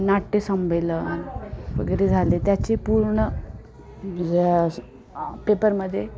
नाट्य संमेलन वगैरे झाले त्याची पूर्ण पेपरमध्ये